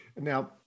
now